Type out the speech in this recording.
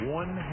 one